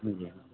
नंगौ